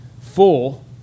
full